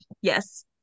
Yes